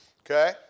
okay